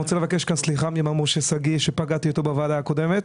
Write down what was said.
אני רוצה לבקש סליחה ממר משה שגיא שפגעתי בו בוועדה הקודמת.